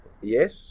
yes